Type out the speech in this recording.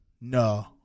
no